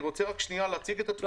אני רוצה רק להציג את התמונה.